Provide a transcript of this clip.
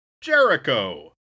Jericho